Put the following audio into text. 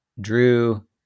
Drew